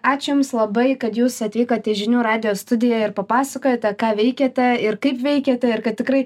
ačiū jums labai kad jūs atvykot į žinių radijo studiją ir papasakojote ką veikiate ir kaip veikiate ir kad tikrai